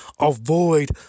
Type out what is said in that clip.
avoid